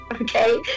Okay